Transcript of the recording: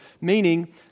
meaning